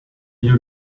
you